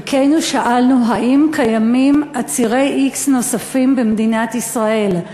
חלקנו שאלנו אם קיימים עצירי x נוספים במדינת ישראל,